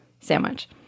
sandwich